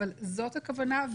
אבל זאת הכוונה,